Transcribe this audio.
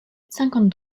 cinquante